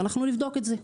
ואנחנו נבדוק את זה.